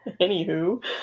Anywho